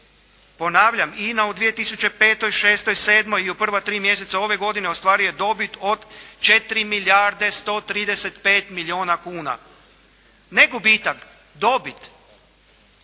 Ponavljam INA u 2005., 2006. i 2007. i u prva 3 mjeseca ove godine ostvaruje dobit od 4 milijarde 135 milijuna kuna. Ne gubitak, dobit.